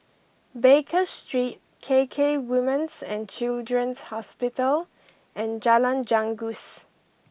Baker Street K K Women's and Children's Hospital and Jalan Janggus